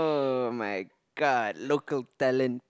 oh-my-god local talent